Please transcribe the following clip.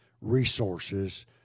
resources